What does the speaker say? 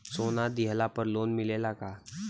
सोना दिहला पर लोन मिलेला का?